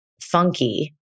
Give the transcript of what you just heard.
funky